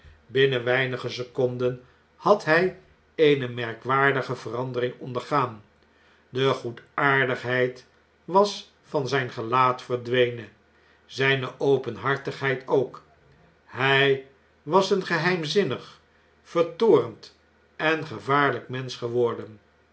binnen weinige seconden had hij eene merkwaardige verandering ondergaan de goedaardigheid was van zgn gelaat verdwenen zjjne openhartigheid ook hp was een geheimzinnig vertoornd en gevaarlijk mensch geworden